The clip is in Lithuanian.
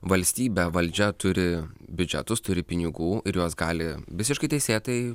valstybė valdžia turi biudžetus turi pinigų ir juos gali visiškai teisėtai